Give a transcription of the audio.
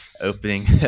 opening